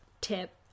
tip